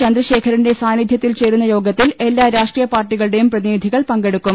ചന്ദ്രശേഖരന്റെ സാന്നിധ്യത്തിൽ ചേരുന്ന യോഗത്തിൽ എല്ലാ രാഷ്ട്രീയ പാർട്ടികളുടേയും പ്രതിനിധികൾ പങ്കെടുക്കും